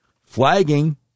flagging